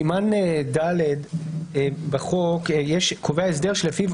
סימן ד' לפרק ג' בחוק קובע הסדר שלפיו